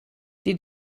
die